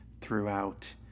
throughout